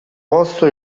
posto